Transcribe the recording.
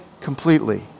completely